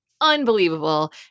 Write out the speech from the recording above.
unbelievable